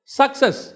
success